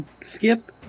skip